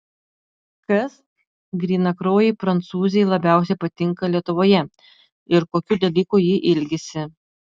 kas grynakraujei prancūzei labiausiai patinka lietuvoje ir kokių dalykų ji ilgisi